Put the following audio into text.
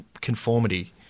conformity